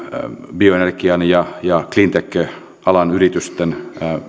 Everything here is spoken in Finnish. bioenergia ja ja cleantech alan yritysten